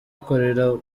ukorera